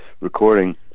recording